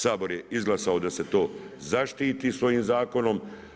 Sabor je izglasao da se to zaštititi sa ovim zakonom.